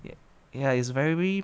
ya ya is very